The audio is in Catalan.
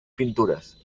pintures